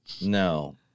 No